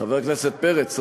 חבר הכנסת פרץ,